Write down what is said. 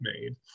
made